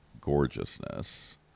gorgeousness